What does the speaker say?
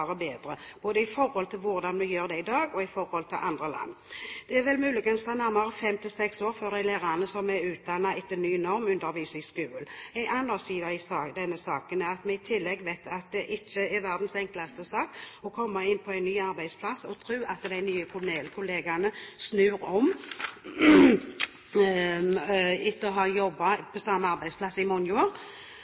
bedre – både i forhold til hvordan vi gjør det i dag og i forhold til andre land. Det vil muligens ta nærmere fem–seks år før de lærerne som er utdannet etter ny norm, underviser i skolen. En annen side av denne saken er at vi i tillegg vet at det ikke er verdens enkleste sak å komme inn på en ny arbeidsplass og tro at en kan få de nye kollegene til å snu om etter å ha jobbet på samme arbeidsplass i